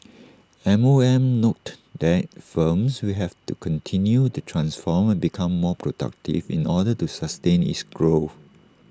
M O M noted that firms will have to continue to transform and become more productive in order to sustain is growth